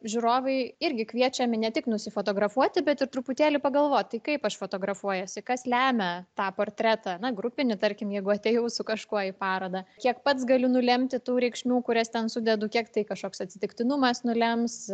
žiūrovai irgi kviečiami ne tik nusifotografuoti bet ir truputėlį pagalvoti kaip aš fotografuojuosi kas lemia tą portretą na grupinį tarkim jeigu atėjau su kažkuo į parodą kiek pats galiu nulemti tų reikšmių kurias ten sudedu kiek tai kažkoks atsitiktinumas nulems